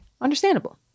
Understandable